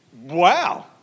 wow